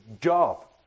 job